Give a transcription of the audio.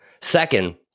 Second